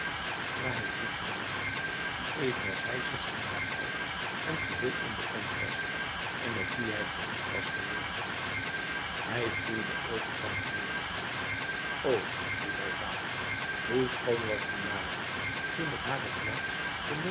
naherry genaamd die evenals hij zestien jaar oud en geheel onbekend was en op wie hij verliefd was geworden hij vloeide over van herinneringen o riep hij vaak hoe schoon was guimard toen ik haar